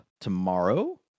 tomorrow